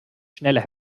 schneller